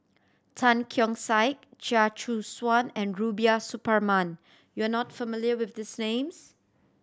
Tan Keong Saik Chia Choo Suan and Rubiah Suparman you are not familiar with these names